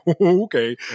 Okay